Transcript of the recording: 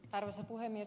arvoisa puhemies